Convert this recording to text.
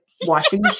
washing